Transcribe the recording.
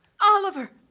Oliver